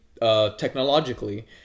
Technologically